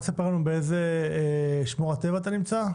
רק ספר לנו באיזה שמורת טבע אתה נמצא?